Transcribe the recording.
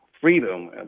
freedom